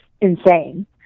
insane